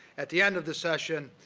at the end of the session,